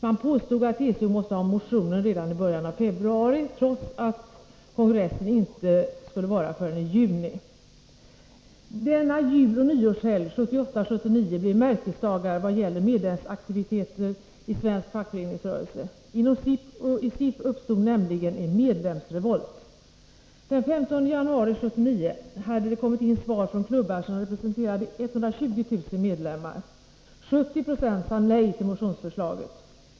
Man påstod att TCO måste ha motionen redan i början av februari, trots att kongressen inte skulle hållas förrän i juni. Denna juloch nyårshelg 1978/79 blev märkesdagar vad gäller medlemsaktiviteten i svensk fackföreningsrörelse. Inom SIF uppstod nämligen en medlemsrevolt. Den 15 januari 1979 hade det kommit in svar från klubbar som representerade 120 000 medlemmar. 70 20 sade nej till motionsförslaget.